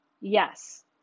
yes